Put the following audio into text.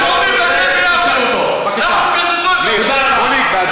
תודה רבה.